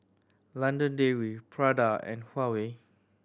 London Dairy Prada and Huawei